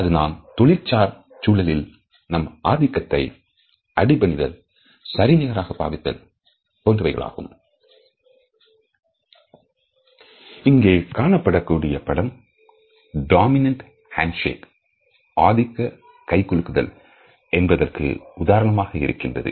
அது நாம் தொழில் சார் சூழலில் நம் ஆதிக்கத்தை அடிபணிதல் சரி நிகராக பாவித்தல் போன்றவைகளாகும் இங்கே காணப்படக்கூடிய படம் டாமினண்ட்ஹேண்ட் சேக் ஆதிக்க கை குலுக்குதல் என்பதற்கு உதாரணமாக இருக்கிறது